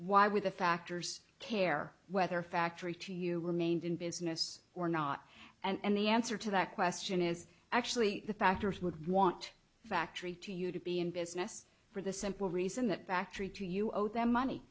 why were the factors care whether factory to you remained in business or not and the answer to that question is actually the factors would want factory to you to be in business for the simple reason that back three to you owed them money